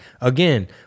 Again